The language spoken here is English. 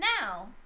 Now